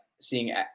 seeing